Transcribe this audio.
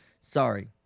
sorry